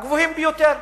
הגבוהים ביותר.